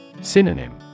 Synonym